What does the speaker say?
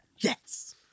Yes